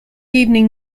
evening